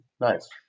Nice